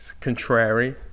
contrary